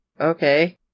okay